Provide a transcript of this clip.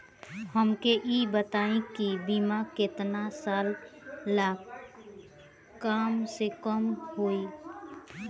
हमके ई बताई कि बीमा केतना साल ला कम से कम होई?